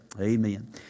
Amen